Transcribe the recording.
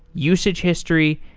usage history,